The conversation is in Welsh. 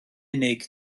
unig